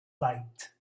light